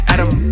Adam